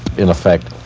in effect,